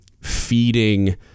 feeding